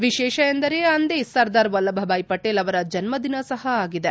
ವಿಶೇಷ ಅಂದರೆ ಅಂದೇ ಸರ್ದಾರ್ ವಲ್ಲಭ ಭಾಯ್ ಪಟೇಲ್ ಅವರ ಜನ್ನದಿನ ಸಹ ಆಗಿದೆ